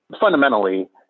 fundamentally